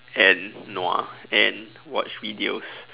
and nua and watch videos